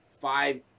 five